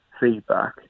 feedback